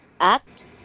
act